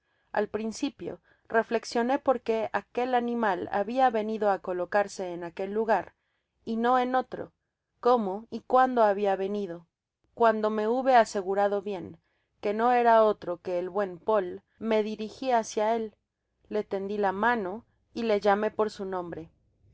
al principio reflexionó por qué aquel animal babia venido á colocarse en aquel lugar y no ea otro cómo y cuando habia venido cuando me hube aso guiado bien que no era otro que el buen poli me dirigi fcácia él le tendi la mano y le llamé por su nombro